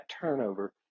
turnover